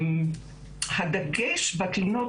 הדגש בתלונות,